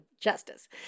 justice